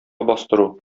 бастыру